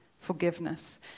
forgiveness